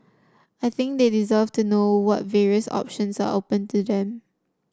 I think they deserve to know what various options are open to them